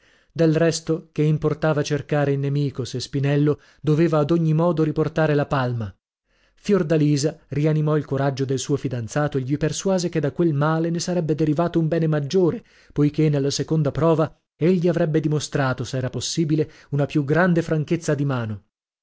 del resto che importava cercare il nemico se spinello doveva ad ogni modo riportare la palma fiordalisa rianimò il coraggio del suo fidanzato e gli persuase che da quel male ne sarebbe derivato un bene maggiore poichè nella seconda prova egli avrebbe dimostrato se era possibile una più grande franchezza di mano